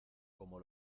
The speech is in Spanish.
como